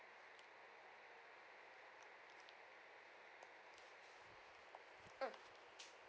mm